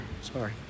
sorry